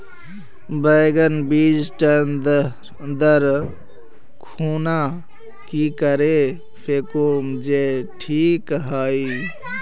बैगन बीज टन दर खुना की करे फेकुम जे टिक हाई?